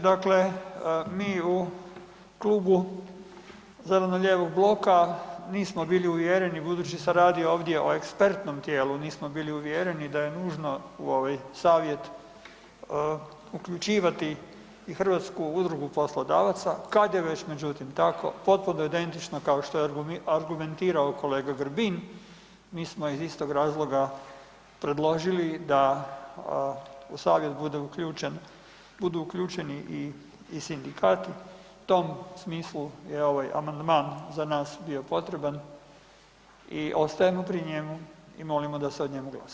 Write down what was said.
Dakle, mi u Klubu zeleno-lijevog bloka nismo bili uvjereni budući se radi ovdje o ekspertnom tijelu, nismo bili uvjereni da je nužno u ovaj savjet uključivati i Hrvatsku udrugu poslodavaca kad je već međutim tako potpuno identično kao što je argumentirao kolega Grbin, mi smo iz istog razloga predložili da u savjet bude uključen, budu uključeni i sindikati, u tom smislu je ovaj amandman za nas bio potreban i ostajemo pri njemu i molimo da se o njemu glasa.